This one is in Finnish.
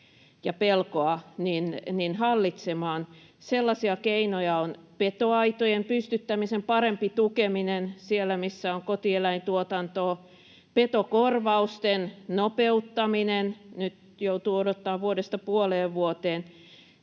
ja pelkoa hallitsemaan? Sellaisia keinoja on petoaitojen pystyttämisen parempi tukeminen siellä, missä on kotieläintuotantoa, petokorvausten nopeuttaminen — nyt joutuu odottamaan vuodesta puoleen vuoteen